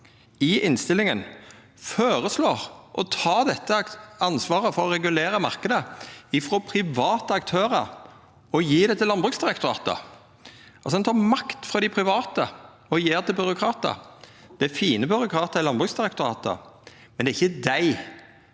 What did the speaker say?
i innstillinga føreslår å ta dette ansvaret for å regulera marknaden frå private aktørar og gje det til Landbruksdirektoratet. Ein tek altså makt frå dei private og gjev til byråkratar. Det er fine byråkratar i Landbruksdirektoratet, men det er ikkje dei